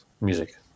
music